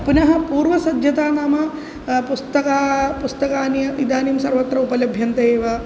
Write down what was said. पुनः पूर्वसज्जता नाम पुस्तकानि पुस्तकानि इदानीं सर्वत्र उपलभ्यन्ते एव